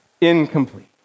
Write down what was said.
incomplete